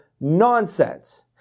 nonsense